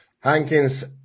Hankins